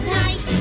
night